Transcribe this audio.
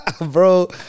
bro